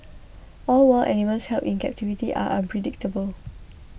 all wild animals held in captivity are unpredictable